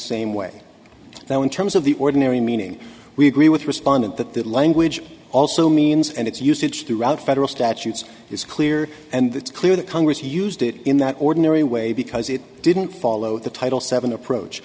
same way now in terms of the ordinary meaning we agree with respondent that that language also means and it's usage throughout federal statutes is clear and it's clear that congress used it in the ordinary way because it didn't follow the title seven approach